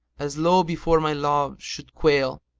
as low before my love should quail